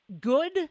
good